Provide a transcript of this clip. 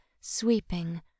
sweeping